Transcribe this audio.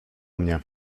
mnie